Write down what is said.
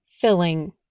Filling